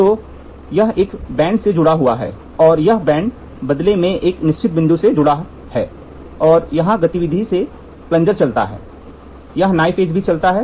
तो यह एक बैंड से जुड़ा हुआ है और यह बैंड बदले में एक निश्चित बिंदु से जुड़ा हुआ है और यहां गतिविधि से प्लंजर चलता है यह नाइफ एज भी चलती है